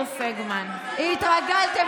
עוד לא ראית כלום.